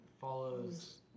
follows